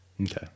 Okay